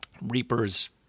Reaper's